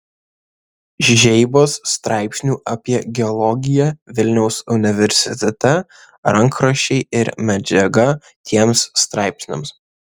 žeibos straipsnių apie geologiją vilniaus universitete rankraščiai ir medžiaga tiems straipsniams